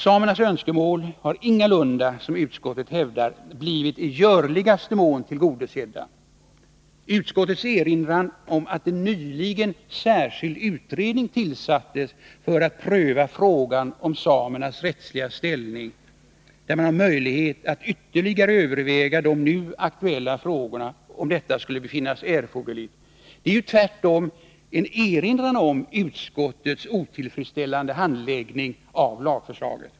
Samernas önskemål har ingalunda, som utskottet hävdar, blivit i görligaste mån tillgodosedda. Utskottets erinran om att en särskild utredning nyligen tillsatts för att pröva frågan om samernas rättsliga ställning, där man har möjlighet att ytterligare överväga de nu aktuella frågorna, om detta skulle befinnas erforderligt, är ju tvärtom en erinran om utskottets otillfredsställande handläggning av lagförslaget!